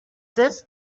this